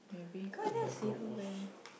maybe cause I never see her wear